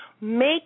make